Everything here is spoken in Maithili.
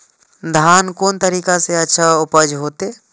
धान कोन तरीका से अच्छा उपज होते?